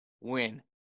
win